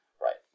Right